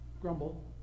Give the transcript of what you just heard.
grumble